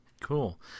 Cool